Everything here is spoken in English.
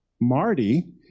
Marty